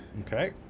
Okay